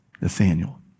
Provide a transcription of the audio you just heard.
Nathaniel